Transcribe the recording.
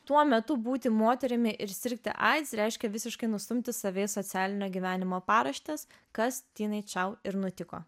tuo metu būti moterimi ir sirgti aids reiškia visiškai nustumti save į socialinio gyvenimo paraštes kas tinai čiau ir nutiko